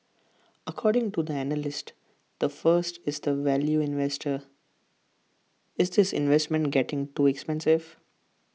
according to the analyst the first is the value investor is this investment getting too expensive